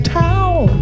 town